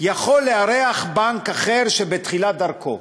יכול לארח בנק אחר בתחילת דרכו.